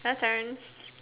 you turn